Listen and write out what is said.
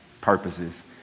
purposes